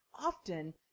often